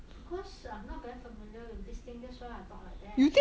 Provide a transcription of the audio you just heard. because I'm not very familiar with this thing that's why I talk like that